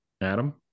Adam